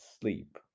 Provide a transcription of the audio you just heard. sleep